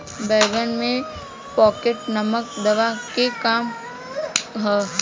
बैंगन में पॉकेट नामक दवा के का काम ह?